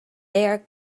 air